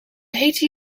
heten